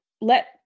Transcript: let